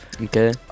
Okay